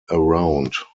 around